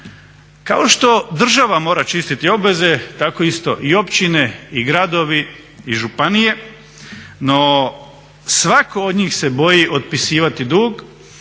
Kao što država mora čistiti obveze, tako isto i općine i gradovi i županije. No, svako od njih se boji otpisivati dug.